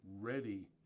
Ready